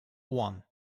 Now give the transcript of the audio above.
one